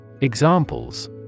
Examples